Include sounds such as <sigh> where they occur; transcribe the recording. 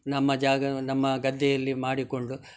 ನಮ್ಮ ಜಾಗ <unintelligible> ನಮ್ಮ ಗದ್ದೆಯಲ್ಲಿ ಮಾಡಿಕೊಂಡು